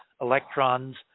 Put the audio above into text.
electrons